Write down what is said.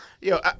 Yo